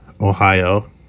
Ohio